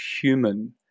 human